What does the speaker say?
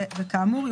וכאמור,